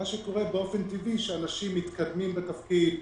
באופן טבעי אנשים מתקדמים בתפקיד,